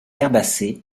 herbacées